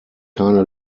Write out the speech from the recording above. keine